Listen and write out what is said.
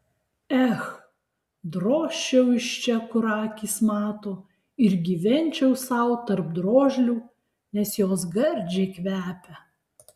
ech drožčiau iš čia kur akys mato ir gyvenčiau sau tarp drožlių nes jos gardžiai kvepia